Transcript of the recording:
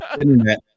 Internet